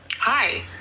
Hi